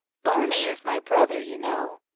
barney is my brother, you know.